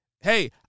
hey